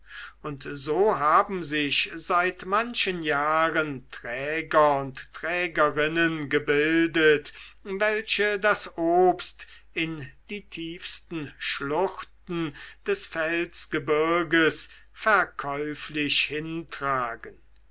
und so haben sich seit manchen jahren träger und trägerinnen gebildet welche das obst in die tiefsten schluchten des felsgebirges verkäuflich hintragen